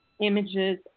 images